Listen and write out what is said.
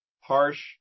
harsh